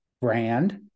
brand